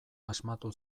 asmatu